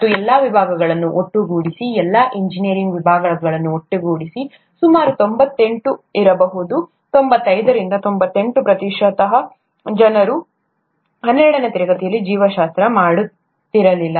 ಮತ್ತು ಎಲ್ಲಾ ವಿಭಾಗಗಳನ್ನು ಒಟ್ಟುಗೂಡಿಸಿ ಎಲ್ಲಾ ಎಂಜಿನಿಯರಿಂಗ್ ವಿಭಾಗಗಳನ್ನು ಒಟ್ಟುಗೂಡಿಸಿ ಸುಮಾರು ತೊಂಬತ್ತೆಂಟು ಇರಬಹುದು ತೊಂಬತ್ತೈದರಿಂದ ತೊಂಬತ್ತೆಂಟು ಪ್ರತಿಶತದಷ್ಟು ಜನರು ತಮ್ಮ ಹನ್ನೆರಡನೇ ತರಗತಿಯಲ್ಲಿ ಜೀವಶಾಸ್ತ್ರವನ್ನು ಮಾಡುತ್ತಿರಲಿಲ್ಲ